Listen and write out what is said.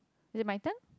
is it my turn